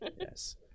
Yes